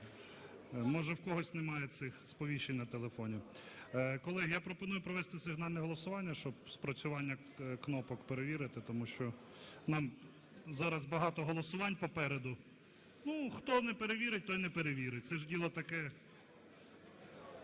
Може, в когось немає цих, сповіщень на телефоні. Колеги, я пропоную провести сигнальне голосування, щоб спрацювання кнопок перевірити, тому що нам зараз багато голосувань попереду. Ну, хто не перевірить, той не перевірить. Це ж діло таке.